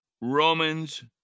Romans